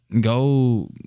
go